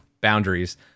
boundaries